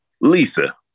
Lisa